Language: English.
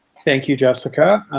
thank you, jessica.